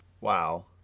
Wow